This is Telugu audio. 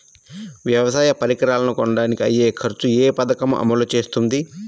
వ్యవసాయ పరికరాలను కొనడానికి అయ్యే ఖర్చు ఏ పదకము అమలు చేస్తుంది?